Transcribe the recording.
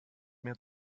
mir